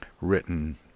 written